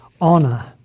honor